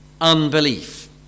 unbelief